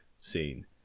scene